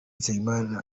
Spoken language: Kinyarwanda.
nsengimana